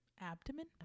abdomen